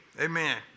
Amen